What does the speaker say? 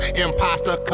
imposter